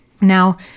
Now